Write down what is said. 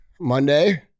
Monday